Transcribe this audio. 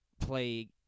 play